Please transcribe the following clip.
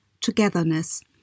togetherness